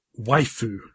waifu